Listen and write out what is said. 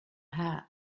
hat